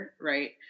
Right